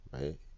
right